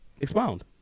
Expound